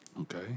Okay